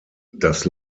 das